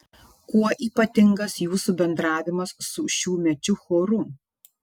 kuo ypatingas jūsų bendravimas su šiųmečiu choru